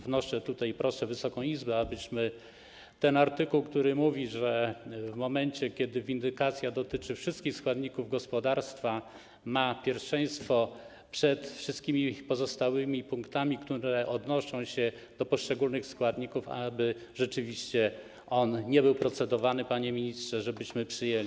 Wnoszę tutaj i proszę Wysoką Izbę, abyśmy ten artykuł, który mówi, że w momencie, kiedy windykacja dotyczy wszystkich składników gospodarstwa, ma ona pierwszeństwo przed wszystkimi pozostałymi punktami, które odnoszą się do poszczególnych składników, rzeczywiście nie był procedowany, panie ministrze, żebyśmy przyjęli.